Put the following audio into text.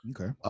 Okay